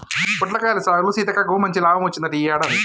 పొట్లకాయల సాగులో సీతక్కకు మంచి లాభం వచ్చిందంట ఈ యాడాది